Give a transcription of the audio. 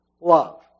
Love